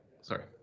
sorry